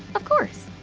of course!